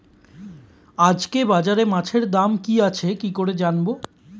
আজকে বাজারে মাছের দাম কি আছে কি করে জানবো?